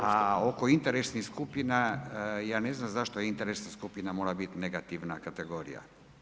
A oko interesnih skupina ja ne znam zašto interesna skupina mora biti negativna kategorija.